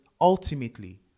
ultimately